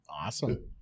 awesome